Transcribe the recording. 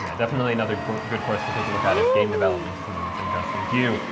yeah definitely another good course to take a look at if game development is something that's interesting to you.